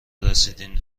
رسیدن